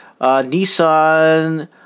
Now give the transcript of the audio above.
Nissan